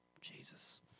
Jesus